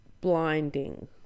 blinding